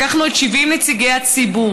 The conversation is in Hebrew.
לקחנו את 70 נציגי הציבור,